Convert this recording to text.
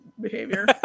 behavior